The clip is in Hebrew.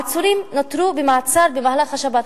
העצורים נותרו במעצר במהלך השבת,